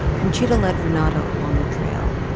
conchita led renato along the trail,